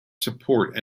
support